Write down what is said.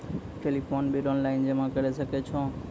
Telephone bill online जमा करै सकै छौ?